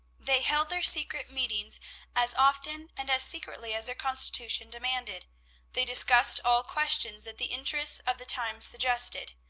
they held their secret meetings as often and as secretly as their constitution demanded they discussed all questions that the interests of the times suggested.